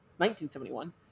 1971